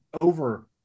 over